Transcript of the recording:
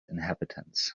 inhabitants